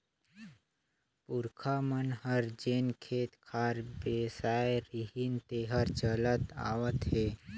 पूरखा मन हर जेन खेत खार बेसाय रिहिन तेहर चलत आवत हे